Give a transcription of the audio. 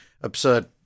absurd